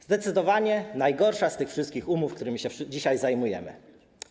To zdecydowanie najgorsza z tych wszystkich umów, którymi się dzisiaj zajmujemy.